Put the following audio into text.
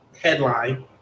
headline